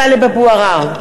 (קוראת בשמות חברי הכנסת) טלב אבו עראר,